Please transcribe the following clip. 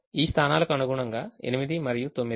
ఈ స్థానాలకు అనుగుణంగా 8 మరియు 9